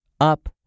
up